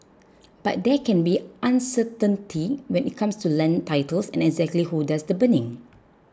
but there can be uncertainty when it comes to land titles and exactly who does the burning